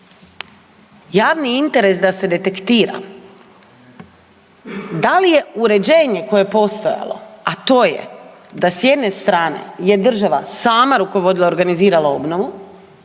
javni interes da se detektira da li je uređenje koje je postojalo, a to je da s jedne strane je država sama rukovodila i organizirala obnovu